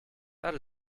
that